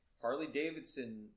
Harley-Davidson